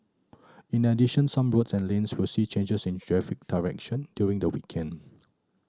in addition some roads and lanes will see changes in traffic direction during the weekend